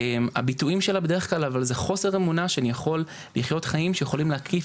הביטויים שלה זה חוסר אמונה שאני יכול לחיות חיים שיכולים להקיף